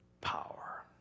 power